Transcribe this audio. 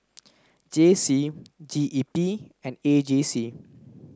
J C G E P and A J C